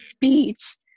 beach